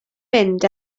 mynd